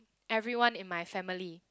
everyone in my family